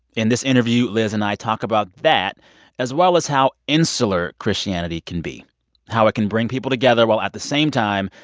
in this interview, lyz and i talk about that as well as how insular christianity can be how it can bring people together while, at the same time,